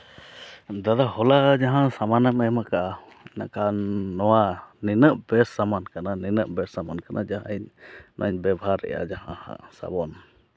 ᱫᱟᱫᱟ ᱦᱚᱞᱟ ᱡᱟᱦᱟᱸ ᱥᱟᱢᱟᱱᱮᱢ ᱮᱢ ᱠᱟᱜᱼᱟ ᱢᱮᱱᱠᱷᱟᱱ ᱱᱚᱣᱟ ᱱᱤᱱᱟᱹᱜ ᱵᱮᱥ ᱥᱟᱢᱟᱱ ᱠᱟᱱᱟ ᱱᱩᱱᱟᱹᱜ ᱵᱮᱥ ᱥᱟᱢᱟᱱ ᱠᱟᱱᱟ ᱡᱟᱦᱟᱸ ᱤᱧ ᱡᱟᱦᱟᱧ ᱵᱮᱵᱚᱦᱟᱨᱮᱫᱼᱟ ᱥᱟᱵᱚᱱ